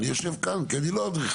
אני יושב כאן כי אני לא אדריכל.